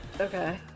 Okay